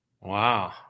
wow